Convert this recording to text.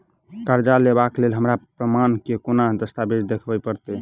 करजा लेबाक लेल हमरा प्रमाण मेँ कोन दस्तावेज देखाबऽ पड़तै?